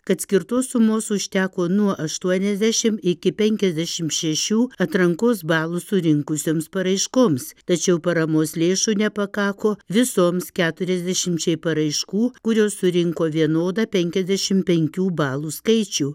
kad skirtos sumos užteko nuo aštuoniasdešim iki penkiasdešim šešių atrankos balų surinkusioms paraiškoms tačiau paramos lėšų nepakako visoms keturiasdešimčiai paraiškų kurios surinko vienodą penkiasdešim penkių balų skaičių